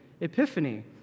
Epiphany